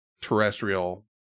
terrestrial